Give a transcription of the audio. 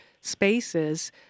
spaces